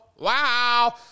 wow